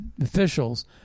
officials